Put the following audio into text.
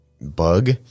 bug